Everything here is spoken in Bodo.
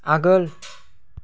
आगोल